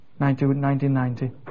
1990